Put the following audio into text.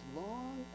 long